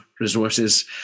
resources